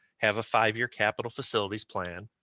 have a five year capital facilities plan,